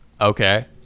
Okay